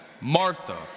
Martha